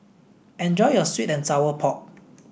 enjoy your sweet and sour pork